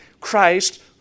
Christ